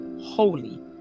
holy